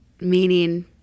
meaning